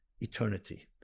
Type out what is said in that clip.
eternity